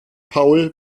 paul